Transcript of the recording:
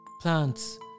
plants